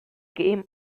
game